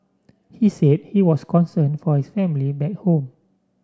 he said he was concerned for his family back home